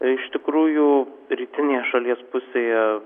iš tikrųjų rytinėje šalies pusėje